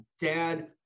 dad